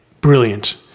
Brilliant